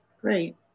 great